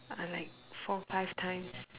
are like four five times